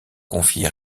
confiés